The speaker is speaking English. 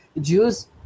jews